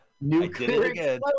Nuclear